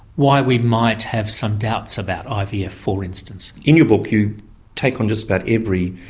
why we might have some doubts about ivf for instance. in your book you take on just about every,